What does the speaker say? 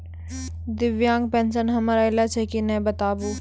दिव्यांग पेंशन हमर आयल छै कि नैय बताबू?